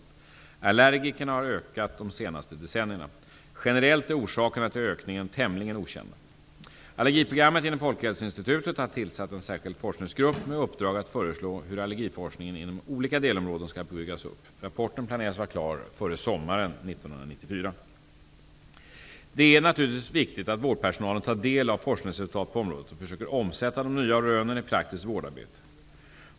Antalet allergiker har ökat de senaste decennierna. Generellt är orsakerna till ökningen tämligen okända. Allergiprogrammet inom Folkhälsoinstitutet har tillsatt en särskild forskningsgrupp med uppdrag att föreslå hur allergiforskningen inom olika delområden skall byggas upp. Rapporten planeras vara klar före sommaren 1994. Det är naturligtvis viktigt att vårdpersonalen tar del av forskningsresultat på området och försöker omsätta de nya rönen i praktiskt vårdarbete.